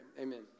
Amen